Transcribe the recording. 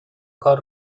کار